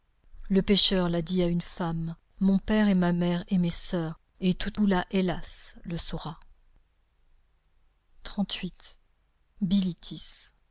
le pêcheur l'a dit à une femme mon père et ma mère et mes soeurs et toute la hellas le saura bilitis